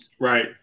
Right